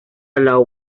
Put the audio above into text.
allow